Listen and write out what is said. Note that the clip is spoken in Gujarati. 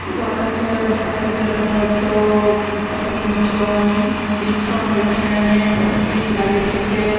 વાંકા ચૂકા રસ્તા પર જતા હોય તો પગ મોચવવાની બીક પણ હોય છે અને બીક લાગે છે કે